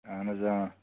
اَہَن حظ